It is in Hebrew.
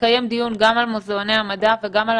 לקיים דיון על מוזיאוני המדע וגם על